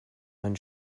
ein